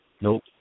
Nope